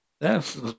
Yes